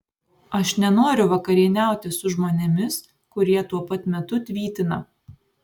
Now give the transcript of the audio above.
aš nenoriu vakarieniauti su žmonėmis kurie tuo pat metu tvytina